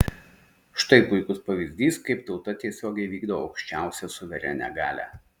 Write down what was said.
štai puikus pavyzdys kaip tauta tiesiogiai vykdo aukščiausią suverenią galią